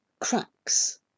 cracks